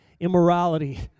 immorality